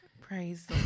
praise